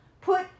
put